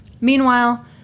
meanwhile